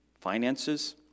Finances